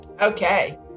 Okay